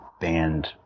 banned